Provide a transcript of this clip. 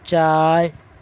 چائے